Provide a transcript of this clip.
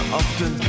often